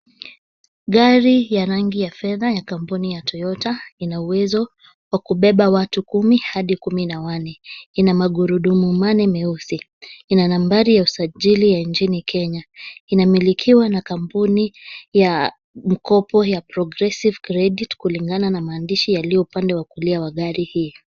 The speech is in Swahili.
Gari ya rangi ya fedha ya kampuni ya Toyota ina uwezo wa kubeba watu kumi hadi kumi na wanne. Ina magurudumu manne meusi. Ina nambari ya usajili ya nchini Kenya. Inamilikiwa na kampuni ya mkopo ya Progressive credit kulingana na maandishi yaliyo upande wa kulia wa gari hii.